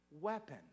weapon